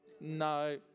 No